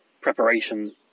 preparation